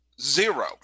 zero